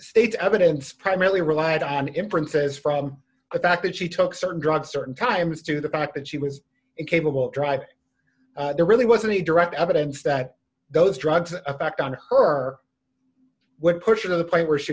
state's evidence primarily relied on in print says from the fact that she took certain drugs certain times to the fact that she was incapable of driving there really wasn't any direct evidence that those drugs affect on her what portion of the point where she